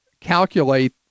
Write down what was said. calculate